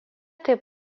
taip